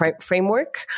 framework